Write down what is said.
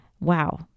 Wow